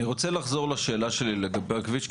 אני רוצה לחזור לשאלה שלי לגבי הכביש,